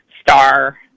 star